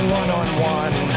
one-on-one